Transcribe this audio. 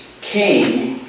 came